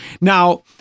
now